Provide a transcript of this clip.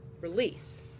release